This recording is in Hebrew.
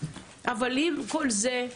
אבל עם כל זה,